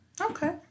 Okay